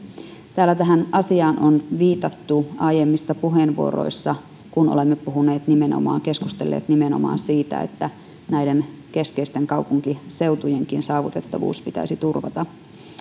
täällä tähän asiaan on viitattu aiemmissa puheenvuoroissa kun olemme keskustelleet nimenomaan siitä että myös näiden keskeisten kaupunkiseutujen saavutettavuus pitäisi turvata